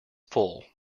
full